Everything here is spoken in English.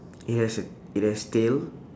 it has a it has tail